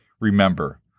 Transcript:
Remember